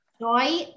Joy